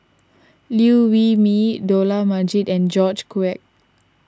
Liew Wee Mee Dollah Majid and George Quek